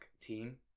team